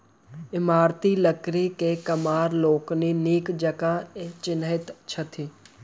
इमारती लकड़ीक प्रकार के कमार लोकनि नीक जकाँ चिन्हैत छथि